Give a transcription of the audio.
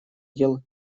дел